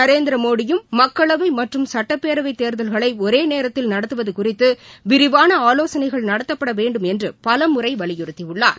நரேந்திரமோடியும் மக்களவை மற்றம் சட்டப்பேரவை தேர்தல்களை ஒரே நேரத்தில் நடத்துவது குறித்து விரிவான ஆலோசனைகள் நடத்தப்பட வேண்டும் என்று பலமுறை வலியுறுத்தியுள்ளார்